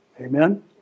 Amen